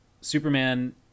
Superman